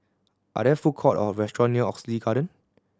are there food courts or restaurants near Oxley Garden